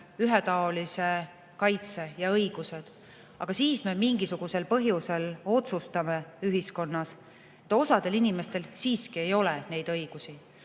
ühetaolise kaitse ja õigused. Aga ikkagi me mingisugusel põhjusel otsustame ühiskonnas, et osal inimestel siiski ei ole neid õigusi.